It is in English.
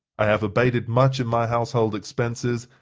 i have abated much in my household expenses,